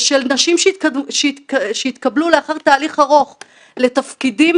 של נשים שהתקבלו לאחר תהליך ארוך לתפקידים